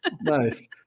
Nice